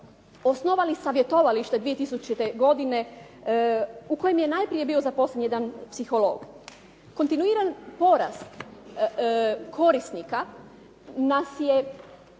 osnovali savjetovalište 2000. godine u kojem je najprije bio zaposlen jedan psiholog. Kontinuiran porast korisnika nas je